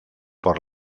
por